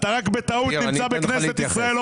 אתה רק בטעות נמצא בכנסת ישראל,